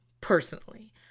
personally